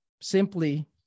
simply